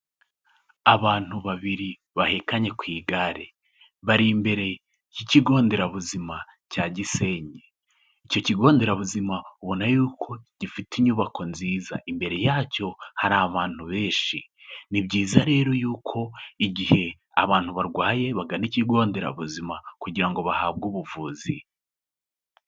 Abantu babiri bahekanye ku igare, bari imbere y'ikigo nderabuzima cya Gisenyi, icyo kigo nderabuzima ubona yuko gifite inyubako nziza, imbere yacyo hari abantu benshi. Ni byiza rero yuko igihe abantu barwaye bagana ikigo nderabuzima kugira ngo bahabwe ubuvuzi.